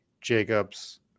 Jacobs